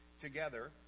together